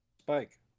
Spike